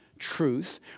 Truth